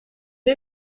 est